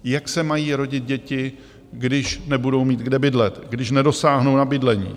Jak se mají rodit děti, když nebudou mít kde bydlet, když nedosáhnou na bydlení?